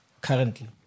currently